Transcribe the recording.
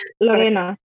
Lorena